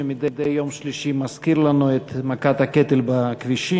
שמדי יום שלישי מזכיר לנו את מכת הקטל בכבישים.